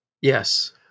Yes